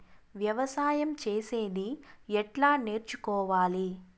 వ్యవసాయం చేసేది ఎట్లా నేర్చుకోవాలి?